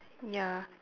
ya